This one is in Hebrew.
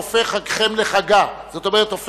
והמענה על ההצהרה והמדיניות הזאת אינו מאבק